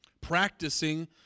Practicing